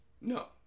No